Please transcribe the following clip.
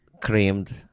creamed